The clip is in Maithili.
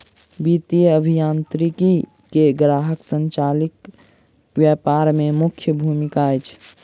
वित्तीय अभियांत्रिकी के ग्राहक संचालित व्यापार में मुख्य भूमिका अछि